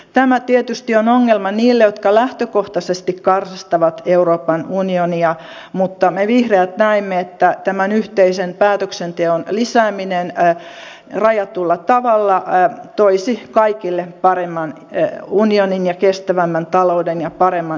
tämä tietysti on ongelma niille jotka lähtökohtaisesti karsastavat euroopan unionia mutta me vihreät näemme että tämän yhteisen päätöksenteon lisääminen rajatulla tavalla toisi kaikille paremman unionin kestävämmän talouden ja paremman hyvinvoinnin